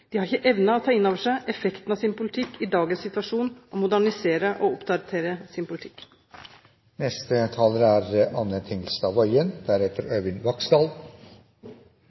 De har ikke evnet å ta inn over seg effektene av sin politikk i dagens situasjon, modernisere og oppdatere sin politikk.